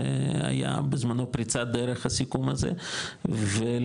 זה היה בזמנו פריצת דרך הסיכום הזה ולמעשה,